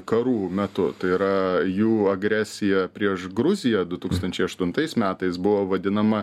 karų metu tai yra jų agresija prieš gruziją du tūkstančiai aštuntais metais buvo vadinama